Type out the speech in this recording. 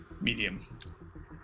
Medium